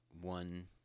one